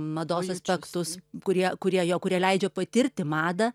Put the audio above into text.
mados aspektus kurie kurie jau kurie leidžia patirti madą